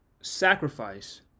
sacrifice